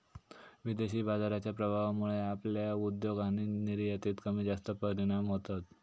विदेशी बाजाराच्या प्रभावामुळे आपल्या उद्योग आणि निर्यातीत कमीजास्त परिणाम होतत